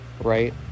right